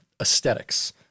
aesthetics